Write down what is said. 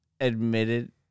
admitted